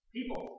People